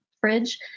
fridge